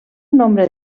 nombre